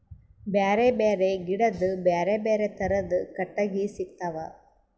ಬ್ಯಾರೆ ಬ್ಯಾರೆ ಗಿಡದ್ ಬ್ಯಾರೆ ಬ್ಯಾರೆ ಥರದ್ ಕಟ್ಟಗಿ ಸಿಗ್ತವ್